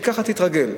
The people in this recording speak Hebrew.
וככה תתרגל.